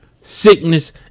Sickness